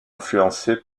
influencé